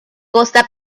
costa